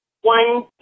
one